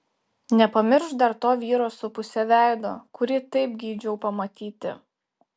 nepamiršk dar to vyro su puse veido kurį taip geidžiau pamatyti